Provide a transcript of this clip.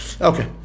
Okay